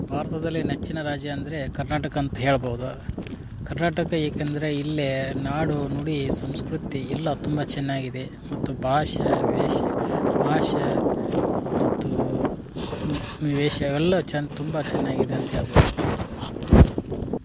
ಭಾರತದಲ್ಲಿ ನೆಚ್ಚಿನ ರಾಜ್ಯ ಅಂದರೆ ಕರ್ನಾಟಕ ಅಂತ ಹೇಳ್ಬೋದು ಕರ್ನಾಟಕ ಏಕಂದರೆ ಇಲ್ಲೇ ನಾಡು ನುಡಿ ಸಂಸ್ಕೃತಿ ಎಲ್ಲ ತುಂಬ ಚೆನ್ನಾಗಿದೆ ಮತ್ತು ಭಾಷೆ ವೇಷ ಭಾಷೆ ಮತ್ತು ವೇಷ ಇವೆಲ್ಲ ಚನ್ ತುಂಬಾ ಚನ್ನಾಗಿದೆ ಅಂತ ಹೇಳ್ಬೋದು ಹ್ಞೂ